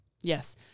Yes